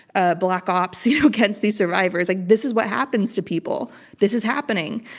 ah, black ops, you know, against these survivors. like, this is what happens to people. this is happening.